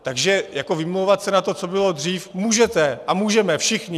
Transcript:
Takže vymlouvat se na to, co bylo dřív, můžete a můžeme všichni.